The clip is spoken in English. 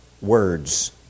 words